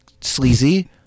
sleazy